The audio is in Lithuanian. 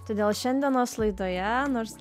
todėl šiandienos laidoje nors